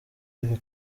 iri